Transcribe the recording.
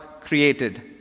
created